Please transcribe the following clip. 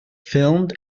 filmed